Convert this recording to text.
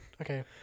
Okay